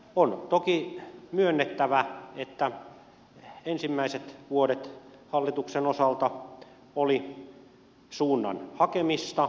on toki myönnettävä että ensimmäiset vuodet hallituksen osalta olivat suunnan hakemista